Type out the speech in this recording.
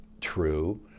true